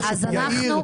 יאיר,